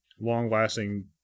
long-lasting